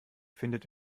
findet